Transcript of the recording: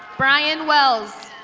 bryan wells.